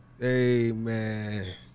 Amen